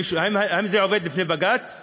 האם זה עומד לפני בג"ץ?